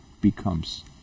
becomes